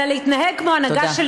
אלא להתנהג כמו הנהגה,